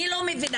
אני לא מבינה.